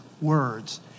words